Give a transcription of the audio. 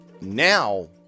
now